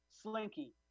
Slinky